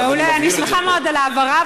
אני מבהיר את זה פה.